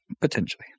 Potentially